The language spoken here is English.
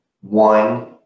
one